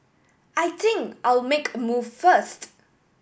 I think I'll make a move first